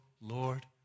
Lord